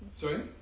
Sorry